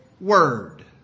word